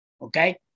Okay